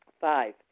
Five